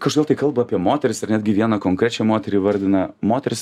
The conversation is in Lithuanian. kažkodėl tai kalba apie moteris ir netgi vieną konkrečią moterį įvardina moteris